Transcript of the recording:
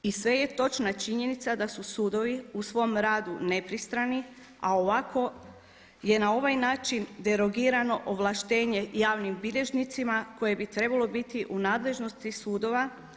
I sve je točna činjenica da su sudovi u svom radu nepristrani, a ovako je na ovaj način derogirano ovlaštenje javnim bilježnicima koje bi trebalo biti u nadležnosti sudova.